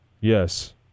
Yes